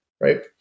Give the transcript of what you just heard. right